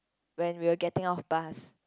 when we were getting off bus